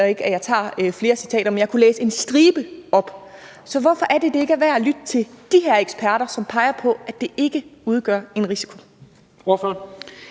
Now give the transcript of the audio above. jeg tager flere citater, men jeg kunne læse en stribe op. Så hvorfor er det, det ikke er værd at lytte til de her eksperter, som peger på, at det ikke udgør en risiko?